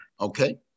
okay